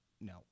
no